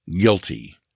Guilty